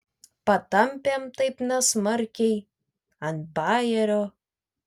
patampėm taip nesmarkiai ant bajerio